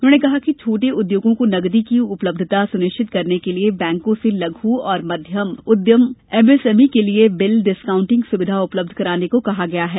उन्होंने कहा कि छोटे उद्योगों को नकदी की उपलब्धता सुनिश्चित करने के लिए बैंकों से लघ् एवं मध्यम उद्यम उद्योगों एमएसएमई के लिए बिल डिस्काउंटिंग सुविधा उपलब्ध कराने को कहा गया है